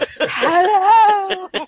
Hello